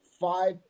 Five